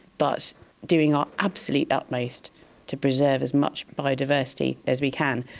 but doing our absolute utmost to preserve as much biodiversity as we can,